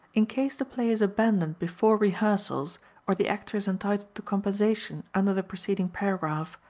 in case the play is abandoned before rehearsals or the actor is entitled to compensation under the preceding paragraph,